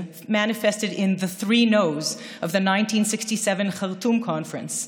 שבאה לידי ביטוי בשלושת הלאווים של ועידת חרטום ב-1967.